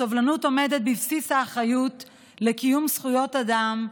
הסובלנות עומדת בבסיס האחריות לקיום זכויות אדם,